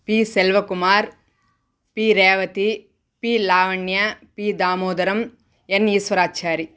P Selvakumar P Revathi P Lavanya P Damodaram N Eshwarachari